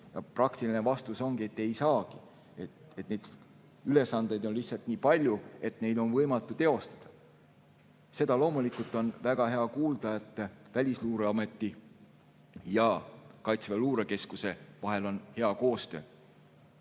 praktiline vastus ongi, et ei saagi. Neid ülesandeid on lihtsalt nii palju, et neid on võimatu teostada. Seda loomulikult on väga hea kuulda, et Välisluureameti ja Kaitseväe Luurekeskuse vahel on hea koostöö.